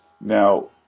now